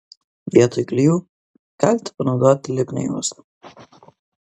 vietoj klijų galite panaudoti lipnią juostą